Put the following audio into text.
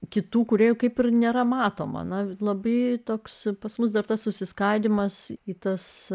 kitų kūrėjų kaip ir nėra matoma na labai toks pas mus dartas susiskaidymas į tas